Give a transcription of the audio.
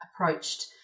approached